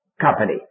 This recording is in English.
company